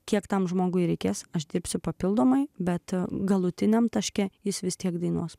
kiek tam žmogui reikės aš dirbsiu papildomai bet galutiniam taške jis vis tiek dainos